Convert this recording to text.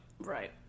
Right